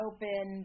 Open